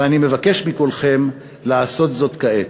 ואני מבקש מכולכם לעשות זאת כעת.